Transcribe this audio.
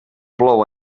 plou